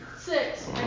six